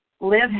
live